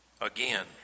Again